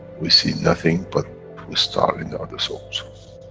we see nothing but the star in the other souls.